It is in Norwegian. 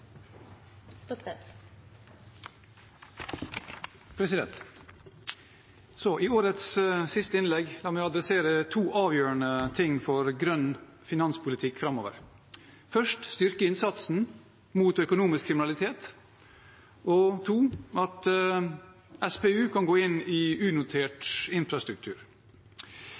i årets siste innlegg adressere to avgjørende ting for grønn finanspolitikk framover. Det er styrking av innsatsen mot økonomisk kriminalitet og at SPU, Statens pensjonsfond utland, kan gå inn i unotert infrastruktur.